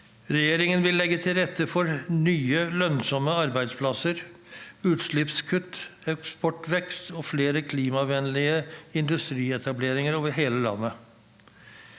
Regjeringen vil legge til rette for nye lønnsomme arbeidsplasser, utslippskutt, eksportvekst og flere klimavennlige industrietableringer over hele landet.